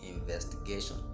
investigation